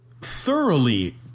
thoroughly